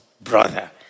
brother